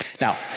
Now